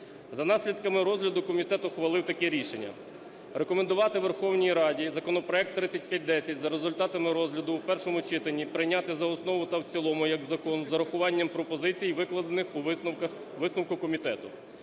За наслідками розгляду, комітет ухвалив таке рішення: рекомендувати Верховній Раді законопроект 3510 за результатами розгляду у першому читанні прийняти за основу та в цілому як закон з урахуванням пропозицій, викладених у висновку комітету.